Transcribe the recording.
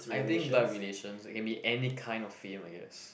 I think bad relation it can be any kind of fame I guess